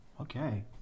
okay